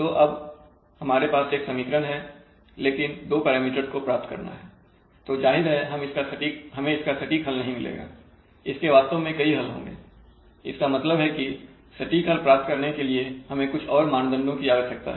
तो अब हमारे पास एक समीकरण है लेकिन हमें दो पैरामीटर्स को प्राप्त करना है तो जाहिर है हमें इसका सटीक हल नहीं मिलेगा इसके वास्तव में कई हल होंगे इसका मतलब है की सटीक हल प्राप्त करने के लिए हमें कुछ और मानदंडों की आवश्यकता है